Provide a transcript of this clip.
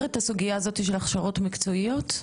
את הסוגייה הזאתי של הכשרות מקצועיות?